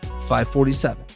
547